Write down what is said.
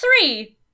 Three